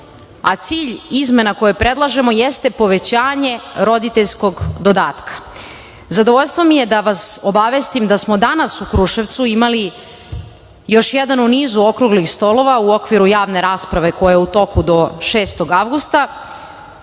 a cilj izmena koje predlažemo jeste povećanje roditeljskog dodatka. Zadovoljstvo mi je da vas obavestim da smo danas u Kruševcu imali još jedan u nizu okruglih stolova u okviru javne rasprave koja je u toku do 6. avgusta